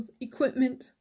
equipment